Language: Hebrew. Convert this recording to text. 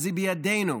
זה בידינו.